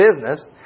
business